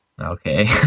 Okay